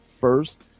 first